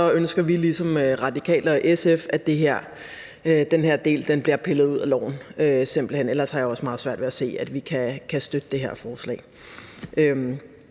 ønsker vi ligesom Radikale og SF, at den her del bliver pillet ud af lovforslaget, for ellers har jeg også meget svært ved at se, at vi skulle kunne støtte det her forslag.